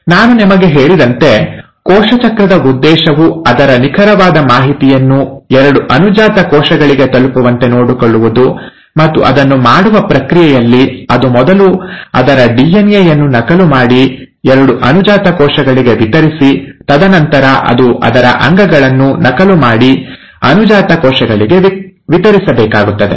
ನಾನು ನಿಮಗೆ ಹೇಳಿದಂತೆ ಕೋಶ ಚಕ್ರದ ಉದ್ದೇಶವು ಅದರ ನಿಖರವಾದ ಮಾಹಿತಿಯನ್ನು ಎರಡು ಅನುಜಾತ ಕೋಶಗಳಿಗೆ ತಲುಪುವಂತೆ ನೋಡಿಕೊಳ್ಳುವುದು ಮತ್ತು ಅದನ್ನು ಮಾಡುವ ಪ್ರಕ್ರಿಯೆಯಲ್ಲಿ ಅದು ಮೊದಲು ಅದರ ಡಿಎನ್ಎ ಯನ್ನು ನಕಲು ಮಾಡಿ ಎರಡು ಅನುಜಾತ ಕೋಶಗಳಿಗೆ ವಿತರಿಸಿ ತದನಂತರ ಅದು ಅದರ ಅಂಗಗಳನ್ನು ನಕಲು ಮಾಡಿ ಅನುಜಾತ ಕೋಶಗಳಿಗೆ ವಿತರಿಸಬೇಕಾಗುತ್ತದೆ